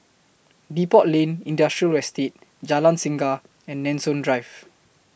Depot Lane Industrial Estate Jalan Singa and Nanson Drive